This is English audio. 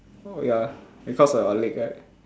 oh ya because of your leg right